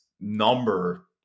number